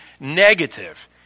negative